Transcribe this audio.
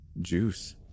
Juice